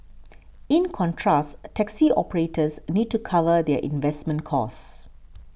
in contrast taxi operators need to cover their investment costs